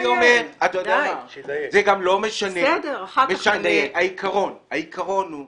אני רק אומר שזה במקרה הטוב מאות מיליונים,